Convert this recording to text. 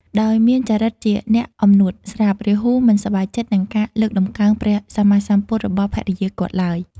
ដោយមានចរិតជាអ្នកអំនួតស្រាប់ រាហូមិនសប្បាយចិត្តនឹងការលើកតម្កើងព្រះសម្មាសម្ពុទ្ធរបស់ភរិយាគាត់ឡើយ។